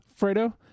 Fredo